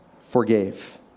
forgave